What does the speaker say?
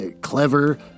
clever